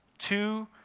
Two